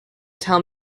tell